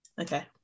Okay